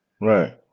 Right